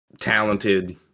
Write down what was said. talented